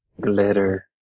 Glitter